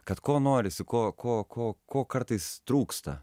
kad ko norisi ko ko ko ko kartais trūksta